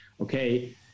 okay